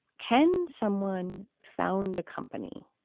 can someone found a company?